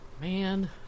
man